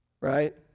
Right